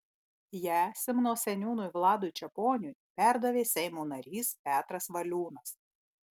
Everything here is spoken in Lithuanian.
ją simno seniūnui vladui čeponiui perdavė seimo narys petras valiūnas